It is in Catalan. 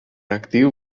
actiu